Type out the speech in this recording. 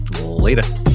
later